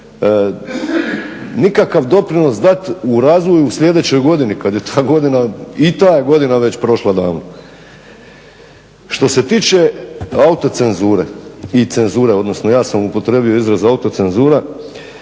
nikakav doprinos dat u razvoju u sljedećoj godini kad je ta godina i ta godina već prošla davno. Što se tiče autocenzure i cenzure, odnosno ja sam upotrijebio izraz autocenzura.